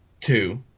Two